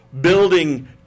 building